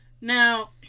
Now